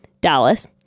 Dallas